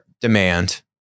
demand